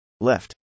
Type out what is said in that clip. left